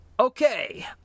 Okay